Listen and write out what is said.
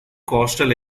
coastal